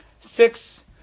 Six